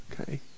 Okay